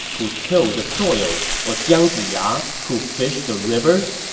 who tilled the soil, or jiang ziya, who fished the river?